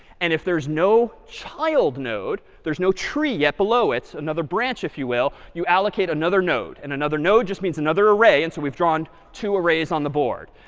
and if there's no child node, there's no tree yet below it, another branch, if you will, you allocate another node. and another node just means another array. and so we've drawn two arrays on the board.